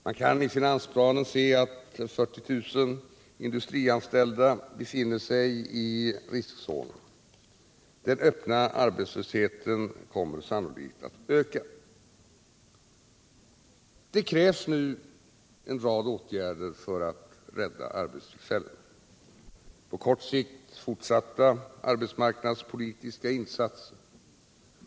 Man kan i finansplanen se att 40 000 industrianställda befinner sig inom riskzonen. Den öppna arbetslösheten kommer sannolikt att öka. Det krävs nu en rad åtgärder för att rädda arbetstillfällena. På kort sikt fortsatta arbetsmarknadspolitiska insatser.